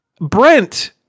Brent